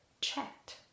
chat